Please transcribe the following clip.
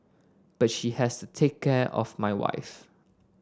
but she has to take care of my wife